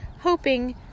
hoping